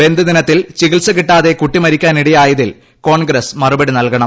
ബന്ദ് ദിനത്തിൽ ചികിത്സ കിട്ടാതെ കുട്ടി മരിക്കാനിടയായതിൽ കോൺഗ്രസ് മറുപടി നൽകണം